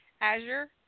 Azure